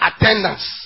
attendance